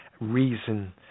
reason